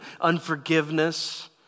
unforgiveness